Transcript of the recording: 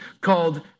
called